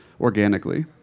organically